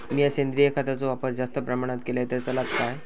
मीया सेंद्रिय खताचो वापर जास्त प्रमाणात केलय तर चलात काय?